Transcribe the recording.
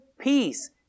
Peace